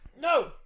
no